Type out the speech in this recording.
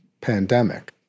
pandemic